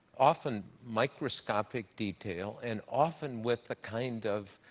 often, microscopic detail and, often, with the kind of,